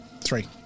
Three